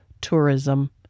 tourism